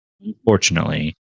unfortunately